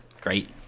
Great